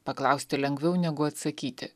paklausti lengviau negu atsakyti